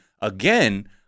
again